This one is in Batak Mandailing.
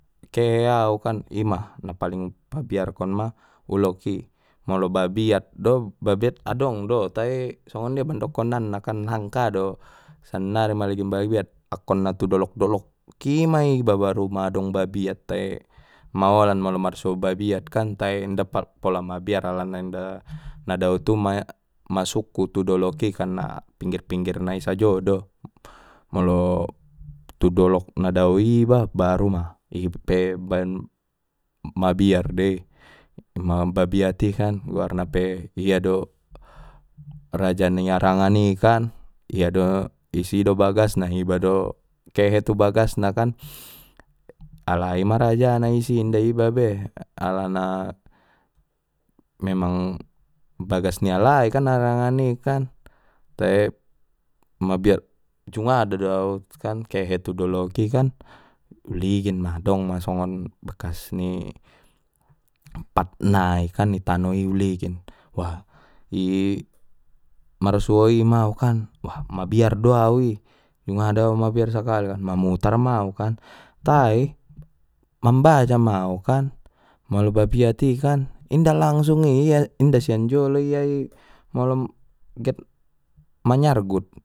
Ke au kan ima na paling habiarkon ma ulok i molo babiat do babiat adong do tai songon jia mandokonna na kan langka do sannari maligin babiat akkon na tu dolok doloki ma i ba baru ma dong babiat tai maolan molo marsuo babiat kan tai inda pola mabiar alana inda na dao tu ma masukku tu doloki kan na pinggir pinggir nai sajo do molo tu dolok na dao i iba baru ma ipe baen mabiar dei ima babiat i kan goarna pe hia do, raja ni arangan i kan ia do isi do bagasna iba do kehe tu bagasna kan alai maraja na isi inda iba be alana, memang bagas ni alai arangan i kan tae mabiar jungada do au kan kehe tu doloki kan uligin ma dong ma songon bekas ni pat nai kan i tanoi uligin wah i marsuo i mau kan mabiar do au i jungada mabiar sakali mamutar ma au kan tai mambaca ma au kan molo babiat i kan inda langsung i ia inda sian jolo ia i molo get manyargut.